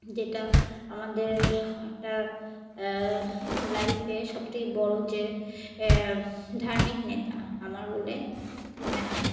যেটা আমাদের একটা লাইফে সবথেকে বড় যে ধার্মিক নেতা আমার বলে মনে হয়